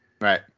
right